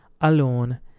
alone